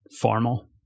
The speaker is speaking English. formal